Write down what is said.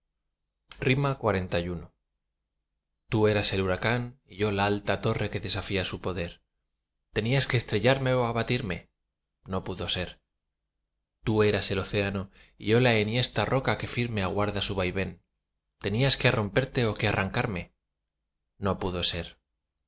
xli tú eras el huracán y yo la alta torre que desafía su poder tenías que estrellarte ó abatirme no pudo ser tú eras el océano y yo la enhiesta roca que firme aguarda su vaivén tenías que romperte ó que arrancarme no pudo ser